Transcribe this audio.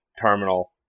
terminal